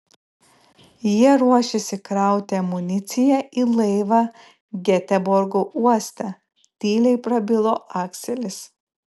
jie ruošėsi krauti amuniciją į laivą geteborgo uoste tyliai prabilo akselis